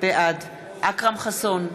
בעד אכרם חסון,